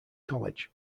college